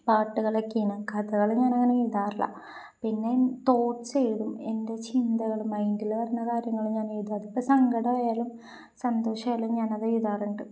പാട്ടുകളുമൊക്കെയാണ് കഥകള് ഞാനങ്ങനെ എഴുതാറില്ല പിന്നെ തോട്ട്സ് എഴുതും എൻ്റെ ചിന്തകളും മൈൻഡില് വരുന്ന കാര്യങ്ങള് ഞാൻ എഴുതും അതിപ്പോള് സങ്കടമായാലും സന്തോഷമായാലും ഞാനത് എഴുതാറുണ്ട്